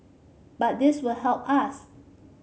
but this will help us